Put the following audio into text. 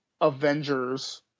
Avengers